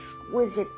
exquisite